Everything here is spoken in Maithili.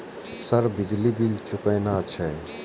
सर बिजली बील चूकेना छे?